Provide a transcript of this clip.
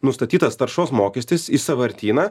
nustatytas taršos mokestis į sąvartyną